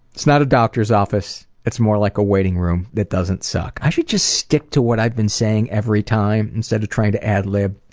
it's not a doctor's office. it's more like a waiting room that doesn't suck. i should just stick to what i've been saying every time instead of trying to ad lib.